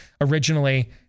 originally